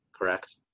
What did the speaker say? correct